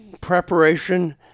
preparation